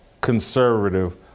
conservative